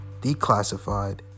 Declassified